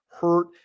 hurt